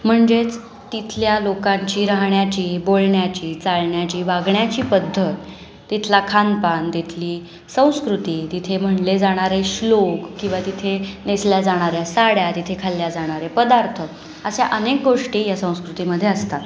म्हणजेच तिथल्या लोकांची राहण्याची बोलण्याची चालण्याची वागण्याची पद्धत तिथला खानपान तिथली संस्कृती तिथे म्हटले जाणारे श्लोक किंवा तिथे नेसल्या जाणाऱ्या साड्या तिथे खाल्ले जाणारे पदार्थ असे अनेक गोष्टी या संस्कृतीमध्ये असतात